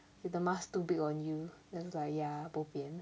你的 mask too big on you then I was like ya bo pian